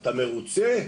אתה מרוצה?